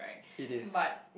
it is